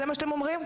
זה מה שאתם אומרים?